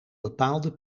bepaalde